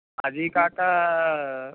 అదికాక